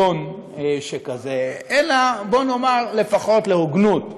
לשוויון כזה, אלא, בואו נאמר, לפחות להוגנות.